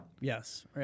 Yes